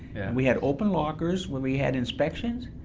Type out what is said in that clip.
we had open lockers when we had inspections,